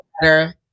better